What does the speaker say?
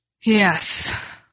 Yes